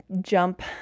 jump